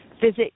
physics